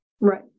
Right